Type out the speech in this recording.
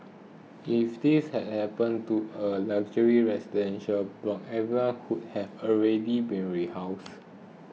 if this happened to a luxury residential block everyone would have already been rehoused